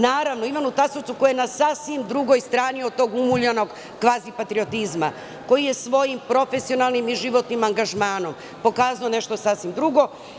Naravno, Ivanu Tasovcu, koji je na sasvim drugoj strani od tog umuljanog kvazipatriotizma, koji je svojim profesionalnim i životnim angažmanom pokazao nešto sasvim drugo.